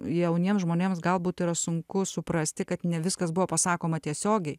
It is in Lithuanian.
jauniem žmonėms galbūt yra sunku suprasti kad ne viskas buvo pasakoma tiesiogiai